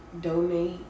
donate